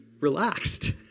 relaxed